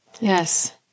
Yes